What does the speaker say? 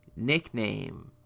nickname